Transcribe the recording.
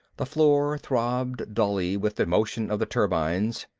the floor throbbed dully with the motion of the turbines.